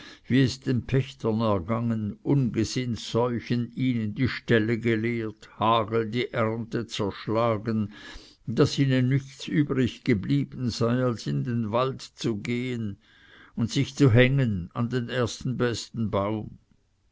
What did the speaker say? wie es pächtern ergangen ungesühnt seuchen ihnen die ställe geleert hagel die ernte zerschlagen daß ihnen nichts übrig geblieben sei als in den wald zu gehen und sich zu hängen an den ersten besten baum